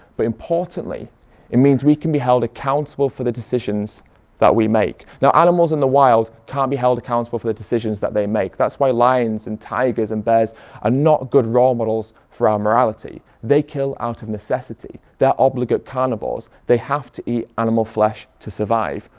but importantly it means we can be held accountable for the decisions that we make. now animals in the wild can't be held accountable for the decisions that they make that's why lions and tigers and bears are not good role models for our morality. they kill out of necessity, they're obligate carnivores. they have to eat animal flesh to survive.